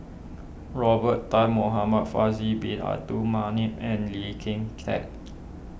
Robert Tan Muhamad Faisal Bin Abdul Manap and Lee Kin Tat